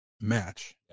match